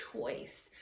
choice